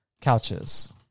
couches